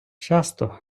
часто